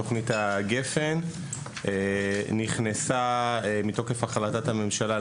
תוכנית גפ"ן נכנסה מתוקף החלטת הממשלה,